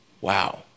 Wow